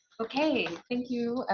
okay, thank you.